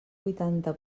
vuitanta